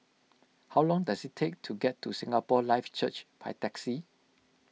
how long does it take to get to Singapore Life Church by taxi